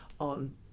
on